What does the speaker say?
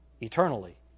eternally